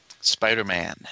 Spider-Man